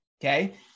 Okay